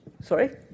Sorry